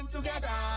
together